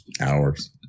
Hours